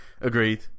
Agreed